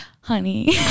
Honey